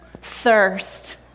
Thirst